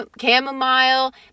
chamomile